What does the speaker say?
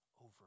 over